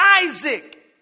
Isaac